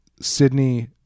Sydney